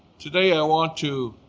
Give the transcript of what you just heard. today i want to,